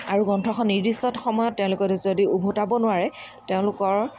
আৰু গ্ৰন্থখন নিৰ্দিষ্ট সময়ত তেওঁলোকৰ যদি ওভতাব নোৱাৰে তেওঁলোকৰ